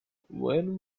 when